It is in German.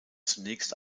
zunächst